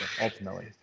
ultimately